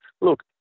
look